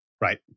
Right